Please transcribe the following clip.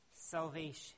salvation